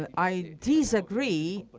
i disagree